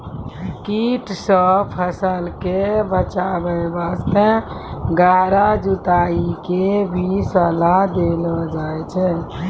कीट सॅ फसल कॅ बचाय वास्तॅ गहरा जुताई के भी सलाह देलो जाय छै